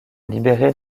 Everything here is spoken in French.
libérés